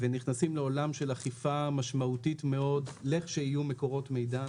נכנסים לעולם של אכיפה משמעותית מאוד לכשיהיו מקורות מידע.